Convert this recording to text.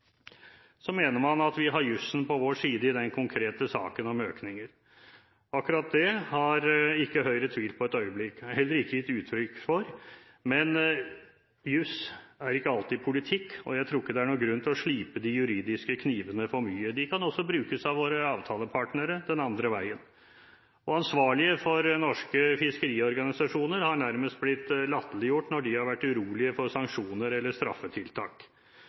Så mener man at vi har jusen på vår side i den konkrete saken om økninger. Akkurat det har Høyre ikke tvilt på et øyeblikk, heller ikke gitt uttrykk for, men jus er ikke alltid politikk, og jeg tror ikke det er noen grunn til å slipe de juridiske knivene for mye. De kan også brukes av våre avtalepartnere den andre veien. Ansvarlige for norske fiskeriorganisasjoner har nærmest blitt latterliggjort når de har vært urolige for sanksjoner eller straffetiltak.